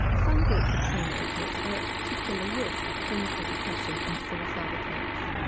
some groups of teenagers are at particular risk of clinical depression and suicide attempts.